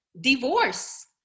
divorce